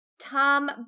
Tom